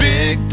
Big